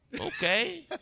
okay